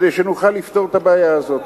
כדי שנוכל לפתור את הבעיה הזאת.